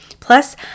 Plus